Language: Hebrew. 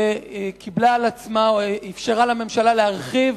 וקיבלה על עצמה או אפשרה לממשלה להרחיב